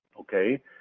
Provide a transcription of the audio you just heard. okay